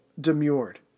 demurred